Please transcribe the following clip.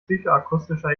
psychoakustischer